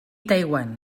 taiwan